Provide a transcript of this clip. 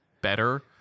better